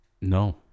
No